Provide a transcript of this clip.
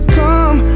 come